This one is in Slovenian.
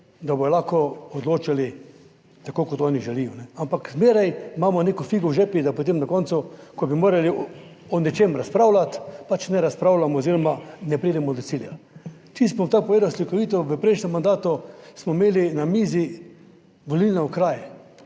da bodo lahko odločali tako kot oni želijo. Ampak zmeraj imamo neko figo v žepih, da potem na koncu, ko bi morali o nečem razpravljati, pač ne razpravljamo oziroma ne pridemo do cilja. Čisto bom tako povedal slikovito; v prejšnjem mandatu smo imeli na mizi volilne okraje